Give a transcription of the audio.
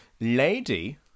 Lady